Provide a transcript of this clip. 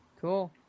Cool